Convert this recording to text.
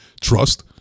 Trust